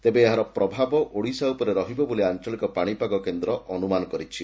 ତେବେ ଏହାର ପ୍ରଭାବ ଓଡିଶା ଉପରେ ରହିବ ବୋଲି ଆଞ୍ଚଳିକ ପାଶିପାଗ କେନ୍ଦ୍ ପୂର୍ବାନୁମାନ କରିଛି